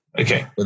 okay